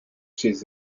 ses